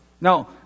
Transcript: Now